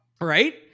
Right